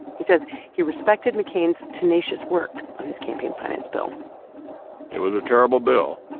he says he respected mccain's tenacious work on his campaign finance bill it was a terrible bill.